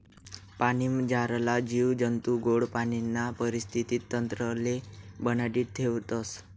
पाणीमझारला जीव जंतू गोड पाणीना परिस्थितीक तंत्रले बनाडी ठेवतस